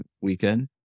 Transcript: weekend